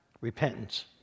Repentance